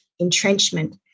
entrenchment